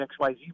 XYZ